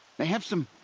they have some.